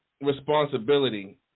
responsibility